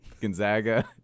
Gonzaga